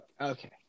Okay